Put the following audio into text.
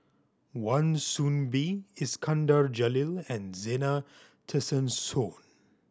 Wan Soon Bee Iskandar Jalil and Zena Tessensohn